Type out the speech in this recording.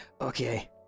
Okay